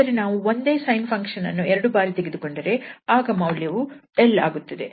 ಆದರೆ ನಾವು ಒಂದೇ sine ಫಂಕ್ಷನ್ ಅನ್ನು ಎರಡು ಬಾರಿ ತೆಗೆದುಕೊಂಡರೆ ಆಗ ಮೌಲ್ಯವು 𝑙 ಆಗುತ್ತದೆ